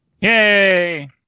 Yay